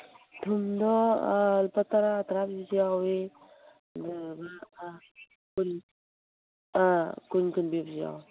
ꯌꯨꯝꯗꯣ ꯂꯨꯄꯥ ꯇꯔꯥ ꯇꯔꯥ ꯄꯤꯕꯁꯨ ꯌꯥꯎꯏ ꯑꯗꯨꯗꯨꯒ ꯑ ꯀꯨꯟ ꯑꯥ ꯀꯨꯟ ꯀꯨꯟ ꯄꯤꯕꯁꯨ ꯌꯥꯎꯏ